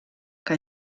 que